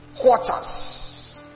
quarters